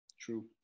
true